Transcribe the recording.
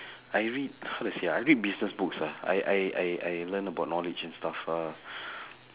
I read how to say ah I read business book ah I I I I learn about knowledge and stuff ah